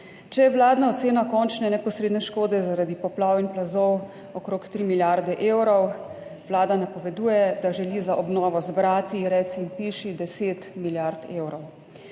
Če je vladna ocena končne neposredne škode zaradi poplav in plazov okrog tri milijarde evrov, vlada napoveduje, da želi za obnovo zbrati, reci in piši, 10 milijard evrov.